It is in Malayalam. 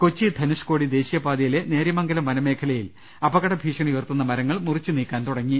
കൊച്ചി ധനുഷ്കോടി ദേശീയ പാതയിലെ നേര്യമംഗലം വനമേഖലയിൽ അപകട ഭീഷണി ഉയർത്തുന്ന മരങ്ങൾ മുറിച്ചു നീക്കാൻ തുടങ്ങി